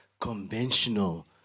conventional